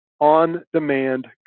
on-demand